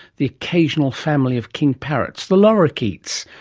the occasional family of king parrots, the lorrikeets,